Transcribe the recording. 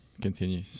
continue